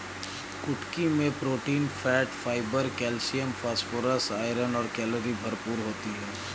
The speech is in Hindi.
कुटकी मैं protein, fat, fibre, calcium, phosphorus, iron और कैलोरी भरपूर होती है